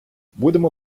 будемо